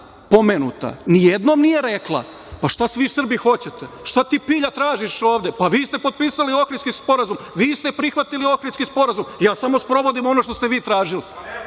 nijednom nije rekla – pa šta vi Srbi hoćete, šta ti Pilja tražiš ovde, pa vi ste potpisali Ohridski sporazum, vi ste prihvatili Ohridski sporazum, ja samo sprovodim ono što ste vi tražili.